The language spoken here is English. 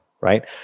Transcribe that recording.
right